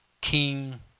King